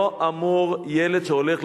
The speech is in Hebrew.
לא אמור להיות